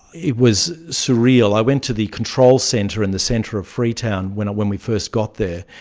it was surreal. i went to the control centre in the centre of freetown when when we first got there.